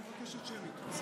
אני מבקשת שמית.